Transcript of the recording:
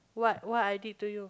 what what i did to you